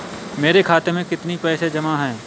मेरे खाता में कितनी पैसे जमा हैं?